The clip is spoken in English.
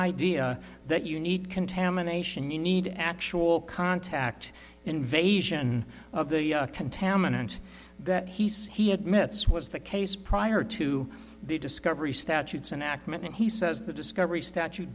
idea that you need contamination you need actual contact invasion of the contaminant that he says he admits was the case prior to the discovery statutes and ackerman he says the discovery statute